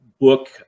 book